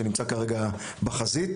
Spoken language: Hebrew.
שנמצא כרגע בחזית.